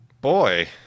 boy